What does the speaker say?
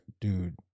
dude